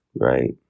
Right